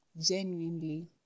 Genuinely